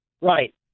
Right